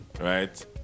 right